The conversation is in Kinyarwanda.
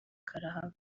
karahava